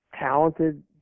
Talented